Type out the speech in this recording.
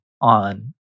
on